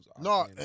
No